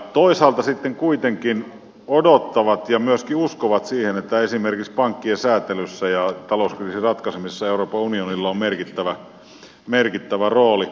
toisaalta sitten kuitenkin odotetaan ja myöskin uskotaan siihen että esimerkiksi pankkien säätelyssä ja talouskriisin ratkaisemisessa euroopan unionilla on merkittävä rooli